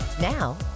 Now